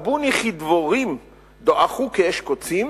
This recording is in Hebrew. סבוני כדבורים דועכו כאש קוצים